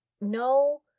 no